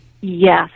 Yes